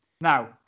Now